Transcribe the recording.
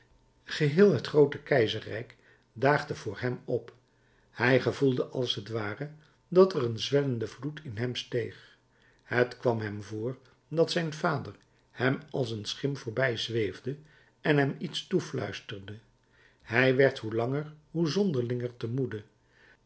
geheel het groote keizerrijk daagde voor hem op hij gevoelde als t ware dat er een zwellende vloed in hem steeg het kwam hem voor dat zijn vader hem als een schim voorbij zweefde en hem iets toefluisterde hij werd hoe langer hoe zonderlinger te moede